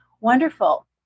wonderful